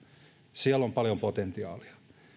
siellä on paljon potentiaalia